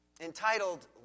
entitled